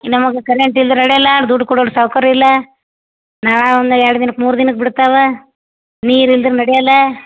ನಮಗೆ ಕರೆಂಟ್ ಇಲ್ದಿರೆ ನಡೆಯಲ್ಲ ದುಡ್ಡು ಕೊಡೋಕ್ ಸಾವ್ಕಾರ್ರಲ್ಲ ನಳ ಒಂದು ಎರಡು ದಿನಕ್ಕೆ ಮೂರು ದಿನಕ್ಕೆ ಬಿಡ್ತಾವೆ ನೀರು ಇಲ್ದಿರೆ ನಡೆಯಲ್ಲ